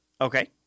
okay